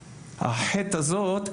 הח' הזאת,